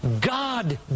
God